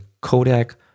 Kodak